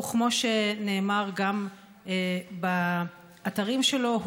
וכמו שנאמר גם באתרים שלו,